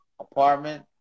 apartment